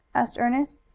asked ernest,